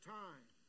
time